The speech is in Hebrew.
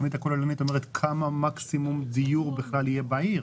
התוכנית הכוללנית אומרת כמה מקסימום דיור בכלל יהיה בעיר,